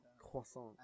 Croissant